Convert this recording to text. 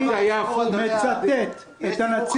אני מצטט את הנציג ----- יש ציבור